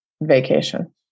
Vacation